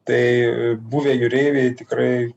tai buvę jūreiviai tikrai